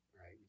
right